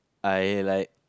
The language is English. I like